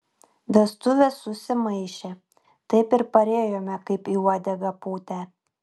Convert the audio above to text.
vestuvės susimaišė taip ir parėjome kaip į uodegą pūtę